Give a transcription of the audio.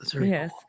Yes